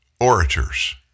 Orators